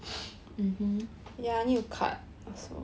mmhmm